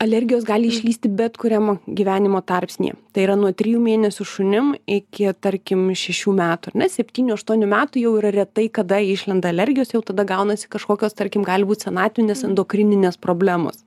alergijos gali išlįsti bet kuriam gyvenimo tarpsnyje tai yra nuo trijų mėnesių šunim iki tarkim šešių metų ar ne septynių aštuonių metų jau retai kada išlenda alergijos jau tada gaunasi kažkokios tarkim gali būt senatvinės endokrininės problemos